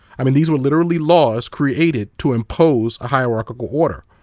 i mean, these were literally laws created to impose a hierarchical order.